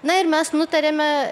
na ir mes nutarėme